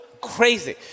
crazy